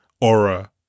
aura